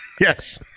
Yes